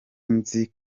nzi